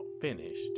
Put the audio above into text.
finished